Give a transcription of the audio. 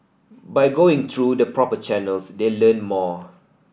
by going through the proper channels they learn more